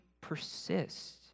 persist